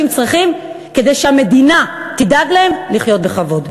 צריכים כדי שהמדינה תדאג להם לחיות בכבוד.